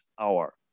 hour